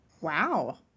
Wow